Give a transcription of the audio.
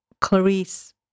Clarice